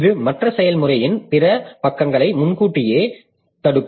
இது மற்ற செயல்முறையின் பிற பக்கங்களை முன்கூட்டியே தடுக்கும்